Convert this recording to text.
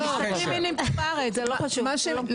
זה לא קשור,